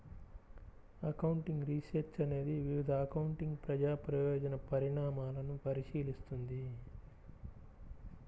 accounting research అనేది వివిధ accounting ప్రజా ప్రయోజన పరిణామాలను పరిశీలిస్తుంది